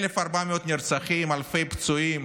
1,400 נרצחים, אלפי פצועים,